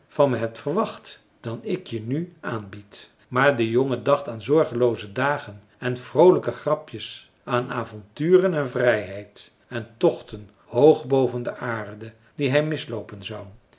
van me hebt verwacht dan ik je nu aanbied maar de jongen dacht aan zorgelooze dagen en vroolijke grapjes aan avonturen en vrijheid en tochten hoog boven de aarde die hij misloopen zou